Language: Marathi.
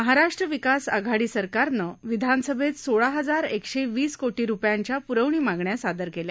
महाराष्ट्र विकास आघाडी सरकारनं विधानसभेत सोळा हजार एकशेवीस कोटी रुपयांच्या प्रवणी मागण्या सादर केल्या